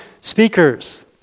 speakers